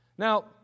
Now